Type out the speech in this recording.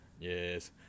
Yes